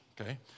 okay